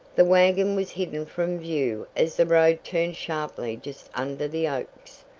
the wagon was hidden from view as the road turned sharply just under the oaks.